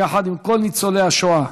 יחד עם כל ניצולי השואה